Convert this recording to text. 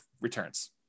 returns